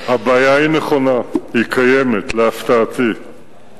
הבעיה היא נכונה, היא קיימת, להפתעתי.